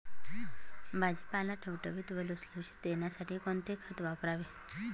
भाजीपाला टवटवीत व लुसलुशीत येण्यासाठी कोणते खत वापरावे?